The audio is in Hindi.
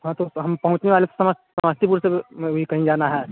हाँ तो हम पहुँचने वाले समस्त समस्तीपुर से भी में भी कहीं जाना है